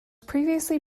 previously